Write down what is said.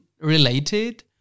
related